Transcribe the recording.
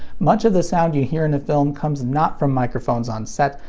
much of the sound you hear in a film comes not from microphones on set,